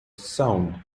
sound